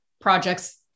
projects